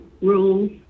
rules